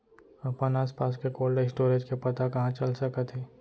अपन आसपास के कोल्ड स्टोरेज के पता कहाँ चल सकत हे?